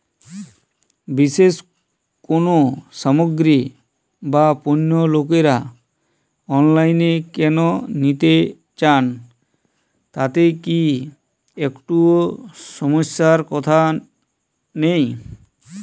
বিশেষ কোনো সামগ্রী বা পণ্য লোকেরা অনলাইনে কেন নিতে চান তাতে কি একটুও সমস্যার কথা নেই?